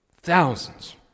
Thousands